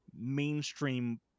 mainstream